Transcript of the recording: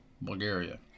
Bulgaria